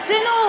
עשינו.